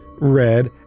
red